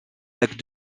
lacs